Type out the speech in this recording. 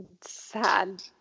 sad